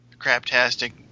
craptastic